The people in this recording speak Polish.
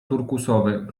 turkusowy